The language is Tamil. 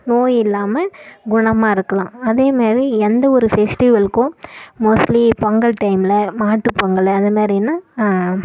நோய் இல்லாமல் குணமாக இருக்கலாம் அதேமாதிரி எந்தவொரு ஃபெஸ்டிவல்க்கும் மோஸ்ட்லி பொங்கல் டைமில் மாட்டுப்பொங்கல் அதுமாதிரினா